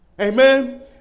Amen